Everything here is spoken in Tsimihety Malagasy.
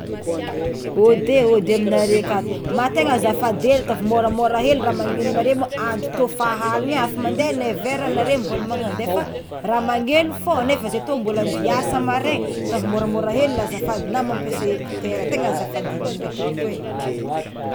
Aody aody aminareo akato, mah tegna azafady hely ataovy môramôra hely raha magnenonareo mô andro tô fa aligny e afa mande neuf heure nefa nareo mbola magnandefa raha magneno fô nefa fa zay tô mbola ande hiasa maraigny ataovy môramôra hely lah azafady na mampiasa ecoutera tegna azafady indrindra tompoko e.